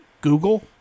Google